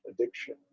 addiction